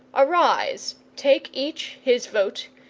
arise, take each his vote,